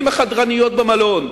עם החדרניות במלון,